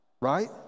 Right